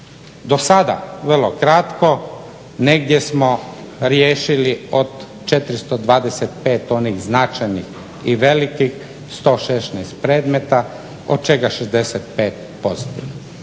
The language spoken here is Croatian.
Dosada, vrlo kratko, negdje smo riješili od 425 onih značajnih i velikih 116 predmeta, od čega 65%.